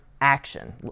Action